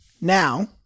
Now